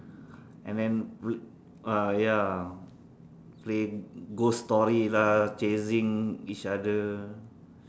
and then with uh ya play ghost story lah chasing each other